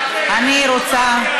אני רוצה,